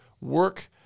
work